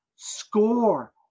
score